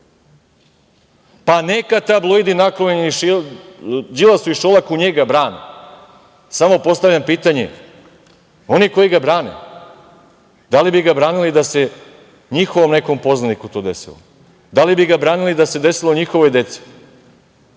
Pa neka tabloidi naklonjeni Đilasu i Šolaku njega brane, samo postavljam pitanje - oni koji ga brane da li bi ga branili da se njihovom nekom poznaniku to desilo? Da li bi ga branili da se desilo njihovoj deci?